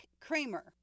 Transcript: Kramer